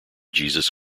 jesus